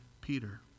Peter